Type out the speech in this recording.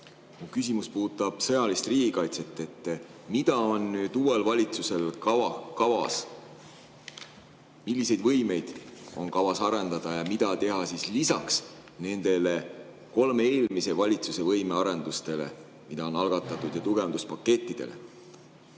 küsimus puudutab sõjalist riigikaitset. Mis on nüüd uuel valitsusel kavas? Milliseid võimeid on kavas arendada ja mida teha lisaks nendele kolme eelmise valitsuse võimearendustele, mis on algatatud, ja tugevduspakettidele?